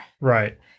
Right